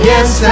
Yes